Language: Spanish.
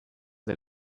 del